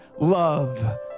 love